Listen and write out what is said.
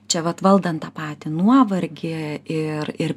čia vat valdant tą patį nuovargį ir ir